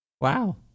Wow